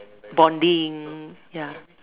bonding ya